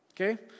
Okay